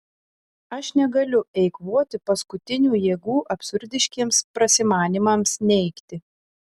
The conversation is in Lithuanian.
aš negaliu eikvoti paskutinių jėgų absurdiškiems prasimanymams neigti